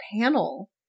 panel